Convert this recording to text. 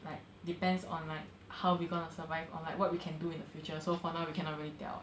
like depends on like how are we gonna survive or like what we can do in the future so for now we cannot really tell